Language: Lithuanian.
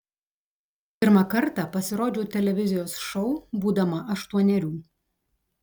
pirmą kartą pasirodžiau televizijos šou būdama aštuonerių